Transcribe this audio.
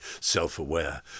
self-aware